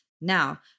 Now